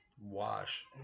Wash